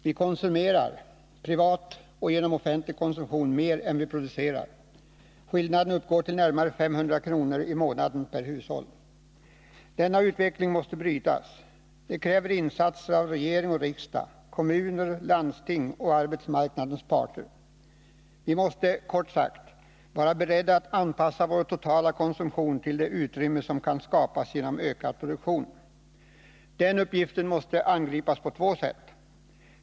Vi konsumerar -— privat och genom offentlig konsumtion — mer än vi producerar. Skillnaden uppgår till närmare 500 kr. i månaden per hushåll. Denna utveckling måste brytas. Det kräver insatser av regering och riksdag, kommuner och landsting och av arbetsmarknadens parter. Vi måste kort sagt vara beredda att anpassa vår totala konsumtion till det utrymme som kan skapas genom ökad produktion. Den uppgiften måste angripas på två sätt.